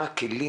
מה הכלים